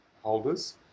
holders